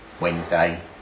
Wednesday